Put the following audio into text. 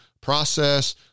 process